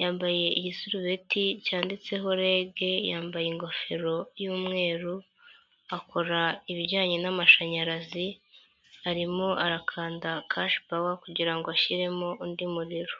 yambaye igisurubeti cyanditseho Rege yambaye ingofero y'umweru, akora ibijyanye n'amashanyarazi, arimo arakanda kashipawa kugira ngo ashyiremo undi muriro.